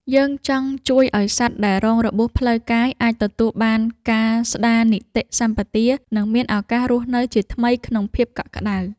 យើងចង់ជួយឱ្យសត្វដែលរងរបួសផ្លូវកាយ អាចទទួលបានការស្ដារនីតិសម្បទា និងមានឱកាសរស់នៅជាថ្មីក្នុងភាពដ៏កក់ក្ដៅ។